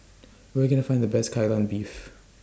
Where Can I Find The Best Kai Lan Beef